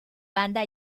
banda